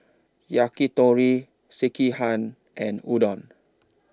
Yakitori Sekihan and Udon